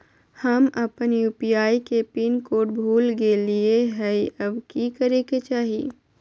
हम अपन यू.पी.आई के पिन कोड भूल गेलिये हई, अब की करे के चाही?